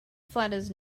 flatters